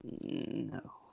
No